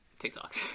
TikToks